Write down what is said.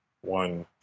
one